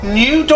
new